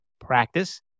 practice